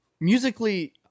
Musically